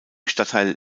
stadtteil